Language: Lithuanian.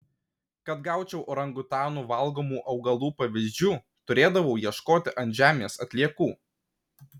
kad gaučiau orangutanų valgomų augalų pavyzdžių turėdavau ieškoti ant žemės atliekų